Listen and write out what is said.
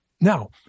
Now